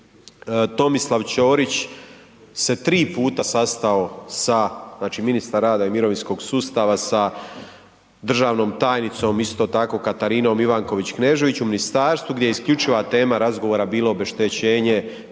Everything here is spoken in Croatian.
Tomislav Ćorić se 3 puta sastao sa, znači ministar rada i mirovinskog sustava sa državnom tajnicom isto tako Katarinom Ivanković Knežević u ministarstvu gdje je isključiva tema razgovora bila obeštećenje